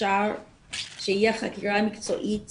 אפשר שתהיה חקירה מקצועית